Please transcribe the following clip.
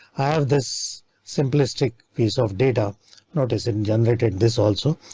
i have this simplistic piece of data notice in generated this also,